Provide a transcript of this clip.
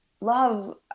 love